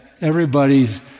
everybody's